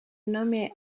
nommé